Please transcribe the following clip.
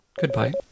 Goodbye